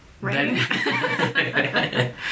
right